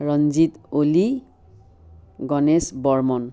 Ranjit Ali Ganesh Barman